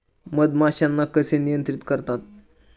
मधमाश्यांना कसे नियंत्रित करतात?